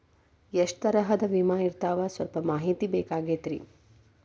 ಎಷ್ಟ ತರಹದ ವಿಮಾ ಇರ್ತಾವ ಸಲ್ಪ ಮಾಹಿತಿ ಬೇಕಾಗಿತ್ರಿ